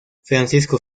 francisco